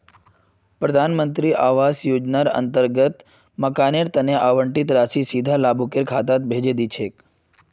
प्रधान मंत्री आवास योजनार अंतर्गत मकानेर तना आवंटित राशि सीधा लाभुकेर खातात भेजे दी छेक